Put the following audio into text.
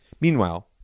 Meanwhile